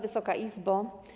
Wysoka Izbo!